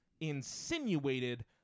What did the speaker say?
insinuated